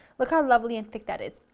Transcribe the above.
look how lovely and thick that is.